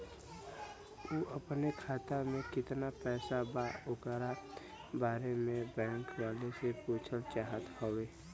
उ अपने खाते में कितना पैसा बा ओकरा बारे में बैंक वालें से पुछल चाहत हवे?